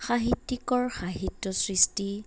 সহিত্যিকৰ সাহিত্য সৃষ্টি